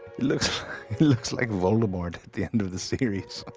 looks looks like voldemort at the end of the series!